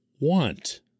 want